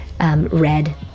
red